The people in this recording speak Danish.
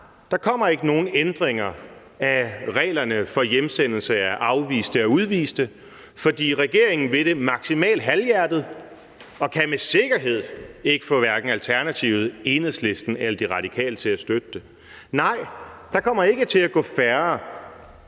der kommer ikke nogen ændring af reglerne for hjemsendelse af afviste og udviste, for regeringen vil det maksimalt halvhjertet og kan med sikkerhed hverken få Alternativet, Enhedslisten eller De Radikale til at støtte det. Nej, der kommer ikke til at gå færre